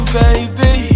baby